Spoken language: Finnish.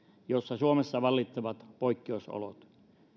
jossa suomessa vallitsevat poikkeusolot